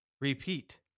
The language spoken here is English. repeat